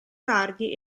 tardi